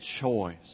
choice